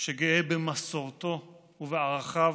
שגאה במסורתו ובערכיו,